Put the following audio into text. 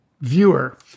viewer